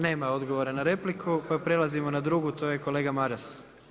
Nema odgovora na repliku, pa prelazimo na drugu, to je kolega Maras.